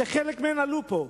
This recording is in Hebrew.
שחלק מהן עלו פה,